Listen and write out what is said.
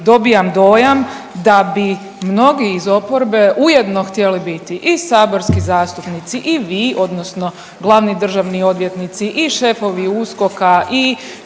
dobivam dojam da bi mnogi iz oporbe ujedno htjeli biti i saborski zastupnici i vi odnosno glavni državni odvjetnici i šefovi USKOK-a i